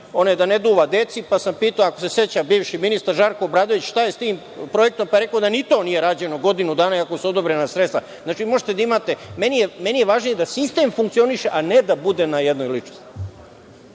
da ne duva deci, pa sam pitao, ako se seća bivši ministar Žarko Obradović, šta je sa tim projektom, pa je rekao da ni to nije rađeno godinu dana, iako su odobrena sredstva. Znači, možete da imate, a meni je važnije da sistem funkcioniše, a ne da bude na jednoj ličnosti.